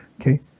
okay